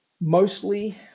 mostly